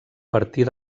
partir